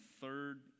third